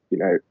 you know,